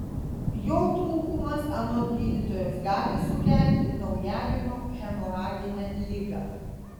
jo trūkumas anot gydytojos gali sukelti naujagimio hemoraginę ligą